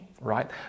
right